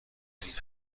این